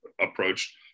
approach